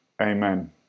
amen